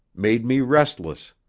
made me restless.